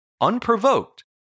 unprovoked